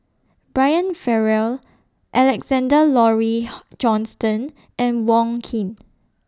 Brian Farrell Alexander Laurie Johnston and Wong Keen